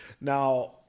Now